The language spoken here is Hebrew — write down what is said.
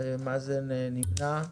מאזן נמנע.